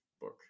book